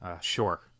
Sure